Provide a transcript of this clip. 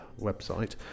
website